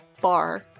bar